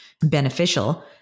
beneficial